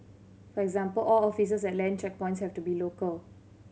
for example all officers at land checkpoints have to be local